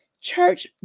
church